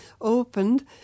opened